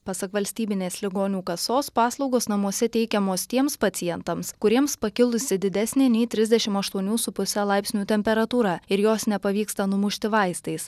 pasak valstybinės ligonių kasos paslaugos namuose teikiamos tiems pacientams kuriems pakilusi didesnė nei trisdešimt aštuonių su puse laipsnių temperatūra ir jos nepavyksta numušti vaistais